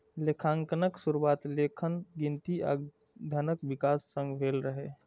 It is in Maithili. लेखांकनक शुरुआत लेखन, गिनती आ धनक विकास संग भेल रहै